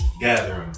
gathering